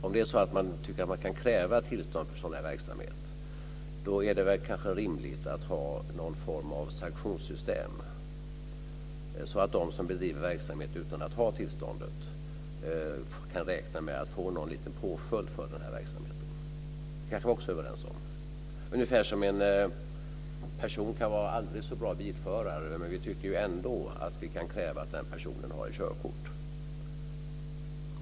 Om det går att kräva tillstånd för en sådan verksamhet är det rimligt att ha någon form av sanktionssystem så att de som bedriver verksamhet utan att ha tillståndet kan räkna med att få någon påföljd för verksamheten. Det är vi kanske också överens om. En person kan vara en aldrig så bra bilförare, men vi tycker ändå att vi kan kräva att den personen har körkort.